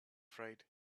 afraid